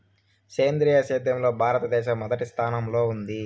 సేంద్రీయ సేద్యంలో భారతదేశం మొదటి స్థానంలో ఉంది